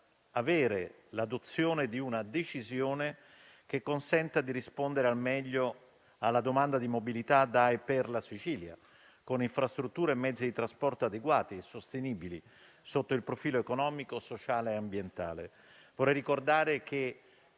avere l'adozione di una decisione, che consenta di rispondere al meglio alla domanda di mobilità da e per la Sicilia, con infrastrutture e mezzi di trasporto adeguati e sostenibili sotto il profilo economico, sociale e ambientale. Vorrei ricordare -